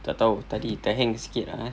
tak tahu tadi terhang sikit ah eh